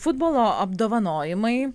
futbolo apdovanojimai